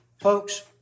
Folks